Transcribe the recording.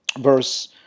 verse